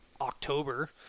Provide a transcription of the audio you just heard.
October